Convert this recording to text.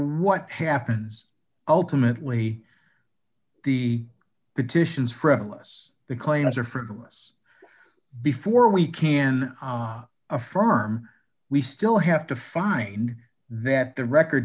what happens ultimately the petitions friendless the claims are frivolous before we can affirm we still have to find that the record